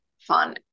fun